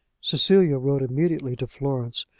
cecilia wrote immediately to florence,